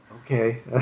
Okay